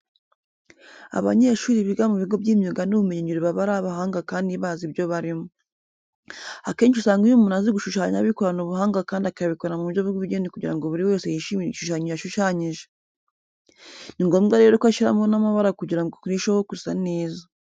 Abanyeshuri biga mu bigo by'imyuga n'ubumenyingiro baba ari abahanga kandi bazi ibyo barimo. Akenshi usanga iyo umuntu azi gushushanya abikorana ubuhanga kandi akabikora mu buryo bw'ubugeni kugira ngo buri wese yishimire igishushanyo yashushanyije. Ni ngombwa rero ko ashyiramo n'amabara kugira ngo kirusheho gusa neza.